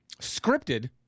scripted